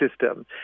system